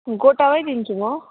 गोटामै दिन्छु म